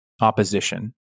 opposition